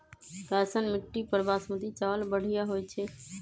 कैसन माटी पर बासमती चावल बढ़िया होई छई?